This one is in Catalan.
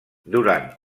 durant